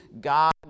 God